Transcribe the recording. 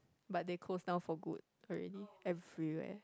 but they close down for good already everywhere